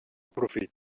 profit